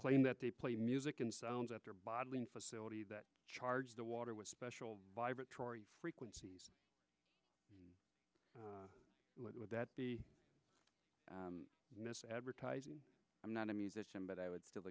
claim that they play music in sounds after bottling facility that charge the water with special vibratory frequencies what would that be miss advertising i'm not a musician but i would still